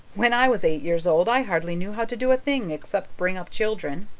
when i was eight years old i hardly knew how to do a thing except bring up children.